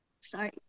Sorry